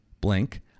Blink